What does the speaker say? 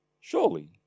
Surely